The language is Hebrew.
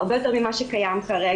הרבה יותר טוב ממה שקיים כרגע.